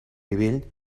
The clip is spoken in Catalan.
nivell